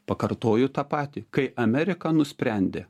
pakartoju tą patį kai amerika nusprendė